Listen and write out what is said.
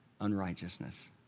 unrighteousness